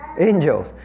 Angels